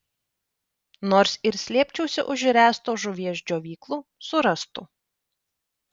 nors ir slėpčiausi už ręsto žuvies džiovyklų surastų